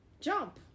jump